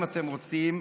אם אתם רוצים,